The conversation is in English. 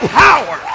power